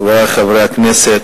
חברי חברי הכנסת,